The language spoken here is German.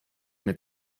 mit